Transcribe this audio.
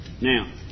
Now